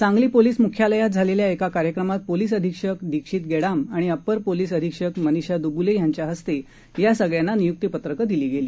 Sangli police मुख्यालयात झालेल्या एका कार्यक्रमात पोलीस अधीक्षक दीक्षित गेडाम आणि अप्पर पोलीस अधीक्षक मनिषा दुब्ले यांच्या हस्ते या सगळ्यांना नियुक्तीपत्र दिली गेली